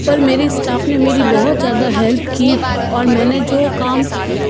पर मेरी स्टाफ़ ने मेरी बहुत ज़्यादा हेल्प की और मैंने जो काम